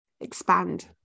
expand